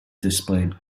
displayed